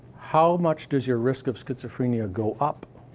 how much does your risk of schizophrenia go up?